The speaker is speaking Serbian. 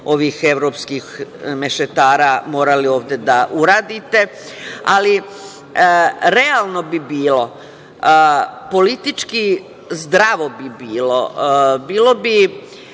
ovih evropskih mešetara morali ovde da uradite. Ali, realno bi bilo, politički zdravo bi bilo, bilo bi